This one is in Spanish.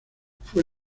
fue